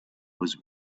was